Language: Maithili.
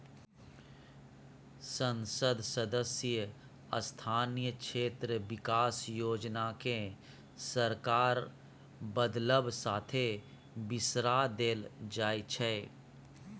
संसद सदस्य स्थानीय क्षेत्र बिकास योजना केँ सरकार बदलब साथे बिसरा देल जाइ छै